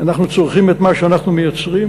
אנחנו צורכים את מה שאנחנו מייצרים.